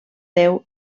déu